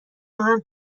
ماهم